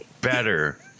better